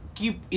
keep